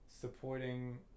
supporting